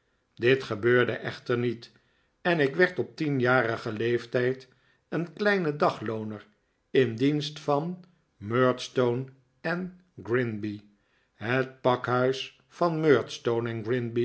dit gebeurde echter niet en ik werd op tienjarigen leeftijd een kleine daglooner in dienst van murdstone en grinby het pakhuis van